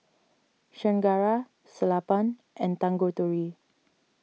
Chengara Sellapan and Tanguturi